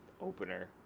opener